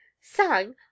sang